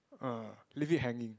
err leave it hanging